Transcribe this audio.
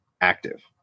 active